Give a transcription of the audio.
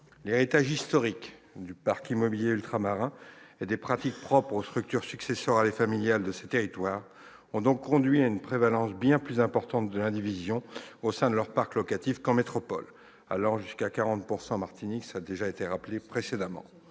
L'héritage historique du parc immobilier ultramarin et des pratiques propres aux structures successorales et familiales de ces territoires ont conduit à une prévalence bien plus importante de l'indivision au sein du parc locatif en outre-mer qu'en métropole, allant jusqu'à 40 % en Martinique. Aussi, une conception